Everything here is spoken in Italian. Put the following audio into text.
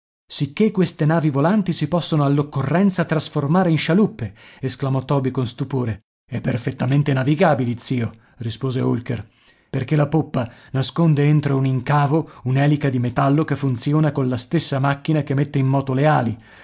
sicché queste navi volanti si possono all'occorrenza trasformare in scialuppe esclamò toby con stupore e perfettamente navigabili zio rispose holker perché la poppa nasconde entro un incavo un'elica di metallo che funziona colla stessa macchina che mette in moto le ali